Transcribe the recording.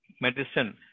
medicine